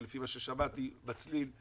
ולפי מה ששמעתי בצליל,